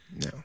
No